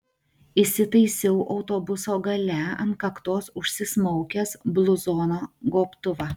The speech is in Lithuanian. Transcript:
įsitaisiau autobuso gale ant kaktos užsismaukęs bluzono gobtuvą